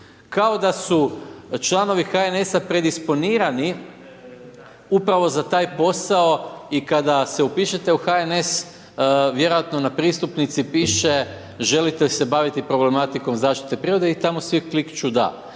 Kao da su članovi HNS-a predisponirani upravo za taj posao i kada se upišete u HNS, vjerojatno na pristupnici piše želite se baviti problematikom zaštite prirode i tamo svi klikću da.